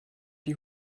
die